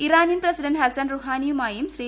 Iranian president Hassan റുഹാനിയുമായും ശ്രീ